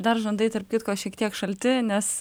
dar žandai tarp kitko šiek tiek šalti nes